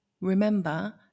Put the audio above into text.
Remember